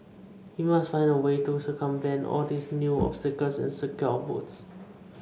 we must find a way to circumvent all these new obstacles and secure our votes